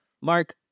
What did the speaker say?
Mark